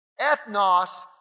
Ethnos